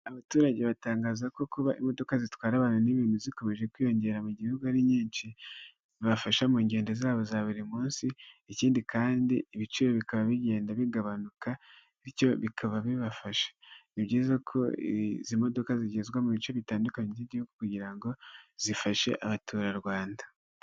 Abaturage batangaza ko kuba imodoka zitwara abantu n'ibintu zikomeje kwiyongera mu gihugu ari nyinshi, bibafasha mu ngendo zabo za buri munsi, ikindi kandi ibiciro bikaba bigenda bigabanyuka, bityo bikaba bibafasha. Ni byiza ko izi modoka zigezwa mu bice bitandukanye by'igihugu kugira ngo zifashe abaturarwanda.